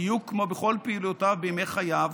בדיוק כמו בכל פעילויותיו בימי חייו,